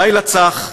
"לילה צח.